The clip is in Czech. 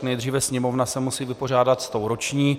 Nejdříve Sněmovna se musí vypořádat s tou roční.